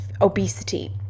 obesity